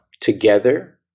together